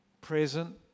present